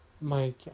Mike